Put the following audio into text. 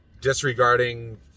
disregarding